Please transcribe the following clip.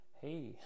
hey